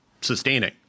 sustaining